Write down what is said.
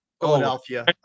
Philadelphia